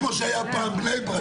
כמו שהיתה פעם בני ברק.